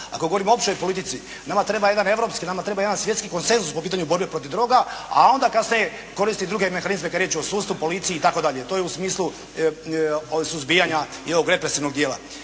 Ako govorimo o općoj politici. Nama treba jedan europski, nama treba jedan svjetski konsenzus po pitanju borbe protiv droga a onda kad se koristi druge mehanizme kad je riječ o sudstvu, policiji i tako dalje. To je u smislu suzbijanja i ovog represivnog dijela.